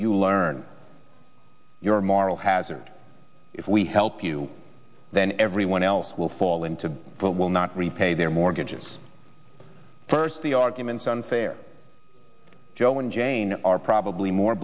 you learn your moral hazard if we help you then everyone else will fall in to what will not repay their mortgages first the arguments unfair joe and jane are probably more